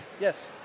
Yes